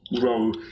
row